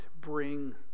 bring